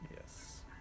Yes